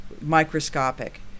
microscopic